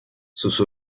sus